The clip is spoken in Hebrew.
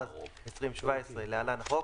התשע"ז-2017 (להלן החוקׂ),